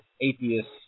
atheist